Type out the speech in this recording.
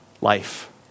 life